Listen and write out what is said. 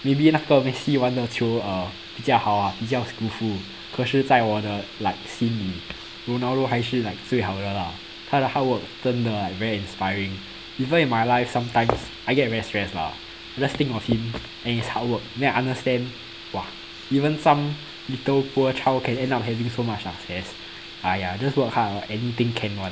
maybe 那个 messi 玩得球 err 比较好啊比较 skillful 可是在我的 like 心里 ronaldo 还是 like 最好的啦他的 hard work 真的 very inspiring even in my life sometimes I get very stress lah just think of him and his hard work then I understand !wah! even some little poor child can end up having so much success !aiya! just work hard ah anything can one